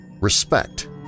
Respect